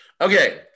Okay